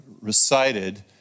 recited